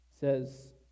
Says